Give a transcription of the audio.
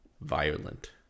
violent